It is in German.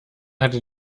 hatte